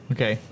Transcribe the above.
Okay